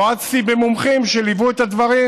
נועצתי במומחים שליוו את הדברים,